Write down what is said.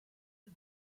and